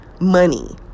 money